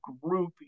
group